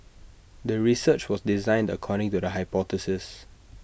the research was designed according to the hypothesis